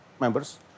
members